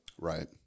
right